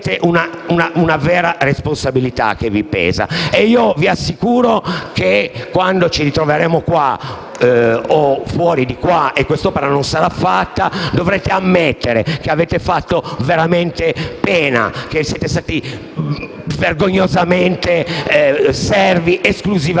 una vera responsabilità che pesa su di voi. E io vi assicuro che, quando ci ritroveremo qua, o fuori di qua, e questa opera non sarà stata realizzata, dovrete ammettere che avete fatto veramente pena, che siete stati vergognosamente servi esclusivi